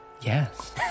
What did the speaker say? Yes